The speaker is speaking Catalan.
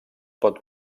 pot